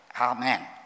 Amen